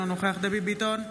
אינו נוכח דבי ביטון,